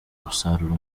umusaruro